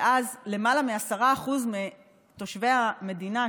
ואז למעלה מ-10% מתושבי המדינה,